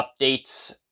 updates